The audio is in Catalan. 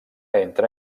entre